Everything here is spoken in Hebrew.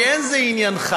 כי אין זה עניינך.